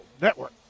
Network